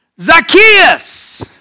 Zacchaeus